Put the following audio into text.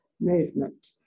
Movement